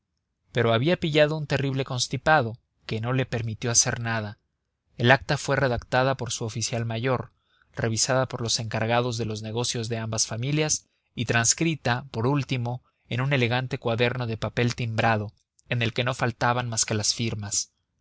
pero había pillado un terrible constipado que no le permitió hacer nada el acta fue redactada por su oficial mayor revisada por los encargados de los negocios de ambas familias y transcrita por último en un elegante cuaderno de papel timbrado en el que no faltaban más que las firmas